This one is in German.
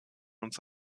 uns